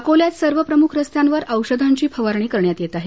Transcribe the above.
अकोल्यात सर्व प्रमुख रस्त्यांवर औषधाची फवारणी करण्यात येत आहे